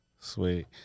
Sweet